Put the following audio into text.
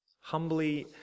Humbly